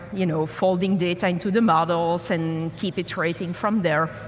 you know, folding data into the models and keep it writing from there.